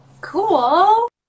Cool